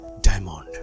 diamond